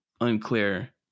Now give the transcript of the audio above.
unclear